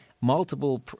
multiple